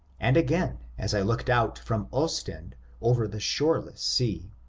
and again as i looked out from ostend over the shoreless sea.